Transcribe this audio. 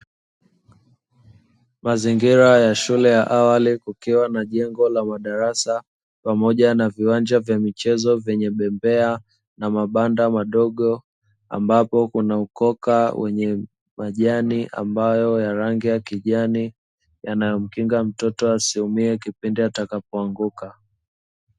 Mazingira ya shule ya awali kukiwa na jengo la madarasa, pamoja na viwanja vya michezo vyenye bembea na mabanda madogo; ambapo kuna ukoka wenye majani ambayo ya rangi ya kijani, yanayomkinga mtoto asiumie kipindi atakapoanguka.